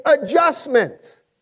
adjustments